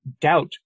doubt